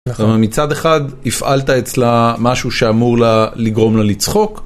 מצד אחד, הפעלת אצלה משהו שאמור לגרום לה לצחוק.